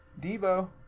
Debo